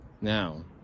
now